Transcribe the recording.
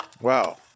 wow